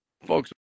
Folks